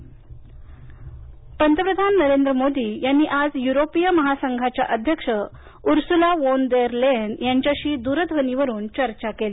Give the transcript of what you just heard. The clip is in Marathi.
पंतप्रधान युरोपियन संघ पंतप्रधान नरेंद्र मोदी यांनी आज युरोपियन महासंघाच्या अध्यक्ष उर्सुला फॉन देर लेयेन यांच्य्याशी द्रध्वनीवरून चर्चा केली